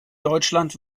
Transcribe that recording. deutschland